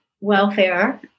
welfare